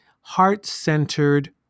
heart-centered